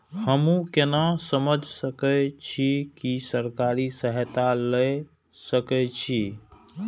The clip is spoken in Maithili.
हमू केना समझ सके छी की सरकारी सहायता ले सके छी?